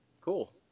Cool